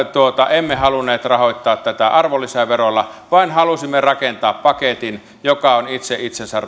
emme halunneet rahoittaa tätä arvonlisäverolla vaan halusimme rakentaa paketin joka on itse itsensä